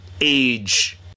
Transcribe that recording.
age